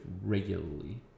regularly